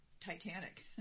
Titanic